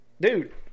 dude